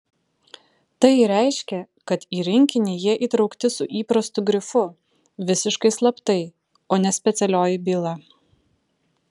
tai reiškė kad į rinkinį jie įtraukti su įprastu grifu visiškai slaptai o ne specialioji byla